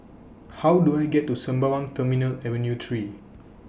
How Do I get to Sembawang Terminal Avenue three